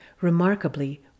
Remarkably